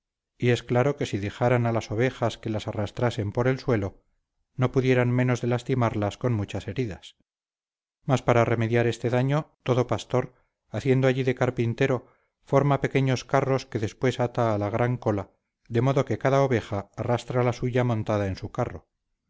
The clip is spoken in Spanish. y es claro que si dejaran a las ovejas que las arrastrasen por el suelo no pudieran menos de lastimarlas con muchas heridas mas para remediar este daño todo pastor haciendo allí de carpintero forma pequeños carros que después ata a la gran cola de modo que cada oveja arrastra la suya montada en su carro